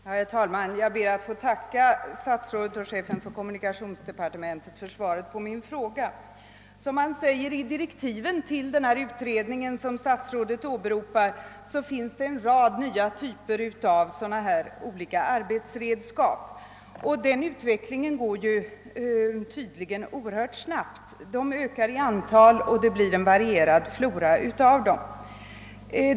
Herr talman! Jag ber att få tacka statsrådet och chefen för kommunikationsdepartementet för svaret på min fråga. Såsom det uttalas i direktiven för den utredning statsrådet åberopar, finns det en rad nya typer av dessa fordon, och utvecklingen på området går tydligen oerhört snabbt. Deras antal ökar och det uppstår en varierad flora av sådana.